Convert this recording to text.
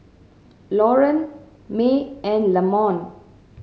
Loren May and Lamont